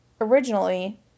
originally